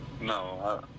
No